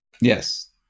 Yes